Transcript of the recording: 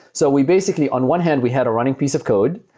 so we basically, on one hand, we had a running piece of code,